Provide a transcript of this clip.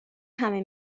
همه